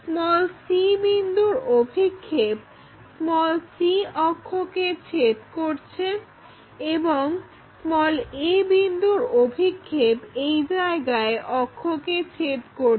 c বিন্দুর অভিক্ষেপ c অক্ষকে ছেদ করছে এবং a বিন্দুর অভিক্ষেপ এই জায়গায় অক্ষকে ছেদ করছে